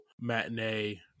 matinee